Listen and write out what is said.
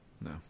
No